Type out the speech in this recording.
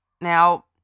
Now